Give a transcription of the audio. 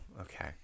okay